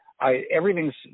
everything's